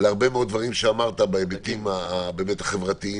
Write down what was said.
להרבה מאוד דברים שאמרת בהיבטים החברתיים.